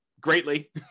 greatly